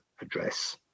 address